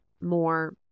more